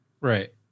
right